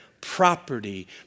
property